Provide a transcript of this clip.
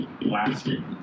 Blasted